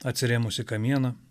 atsirėmus į kamieną